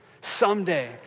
someday